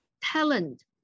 talent